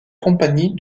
compagnie